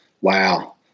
Wow